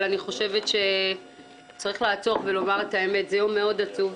אבל אני חושבת שצריך לעצור ולומר את האמת שזהו יום מאוד עצוב.